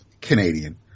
Canadian